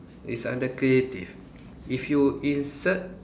it's under creative if you insert